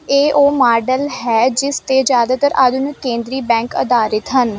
ਇਹ ਉਹ ਮਾਡਲ ਹੈ ਜਿਸ 'ਤੇ ਜ਼ਿਆਦਾਤਰ ਆਧੁਨਿਕ ਕੇਂਦਰੀ ਬੈਂਕ ਆਧਾਰਿਤ ਹਨ